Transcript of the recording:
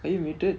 are you rated